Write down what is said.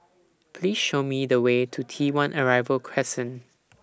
Please Show Me The Way to T one Arrival Crescent